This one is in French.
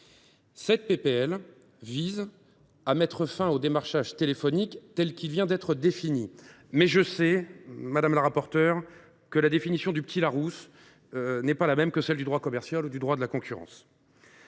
de loi vise à mettre fin au démarchage téléphonique tel qu’il vient d’être défini. Je sais, madame la rapporteure, que la définition du n’est pas la même que celle du droit commercial ou du droit de la concurrence.